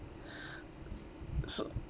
so